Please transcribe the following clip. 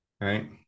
right